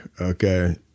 okay